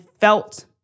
felt